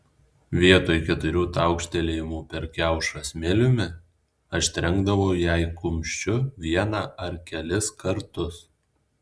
vietoj keturių taukštelėjimų per kiaušą smiliumi aš trenkdavau jai kumščiu vieną ar kelis kartus